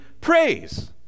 praise